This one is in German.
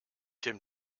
dem